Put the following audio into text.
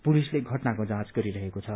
पुलिसले घटनाको जाँच गरिरहेको छ